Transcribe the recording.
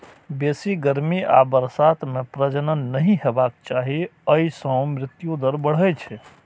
बेसी गर्मी आ बरसात मे प्रजनन नहि हेबाक चाही, अय सं मृत्यु दर बढ़ै छै